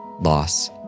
loss